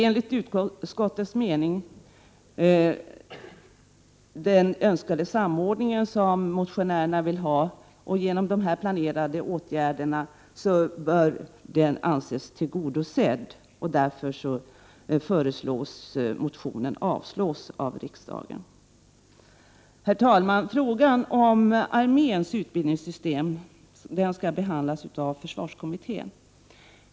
Enligt utskottets mening tillgodoses den önskade samordningen genom planerade åtgärder, och riksdagen bör därför avslå motionen. Herr talman! Frågan om arméns utbildningssystem skall behandlas av försvarskommittén.